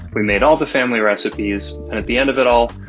we made all the family recipes. at the end of it all,